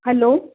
hello